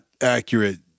accurate